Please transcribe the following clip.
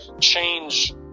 change